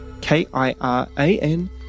K-I-R-A-N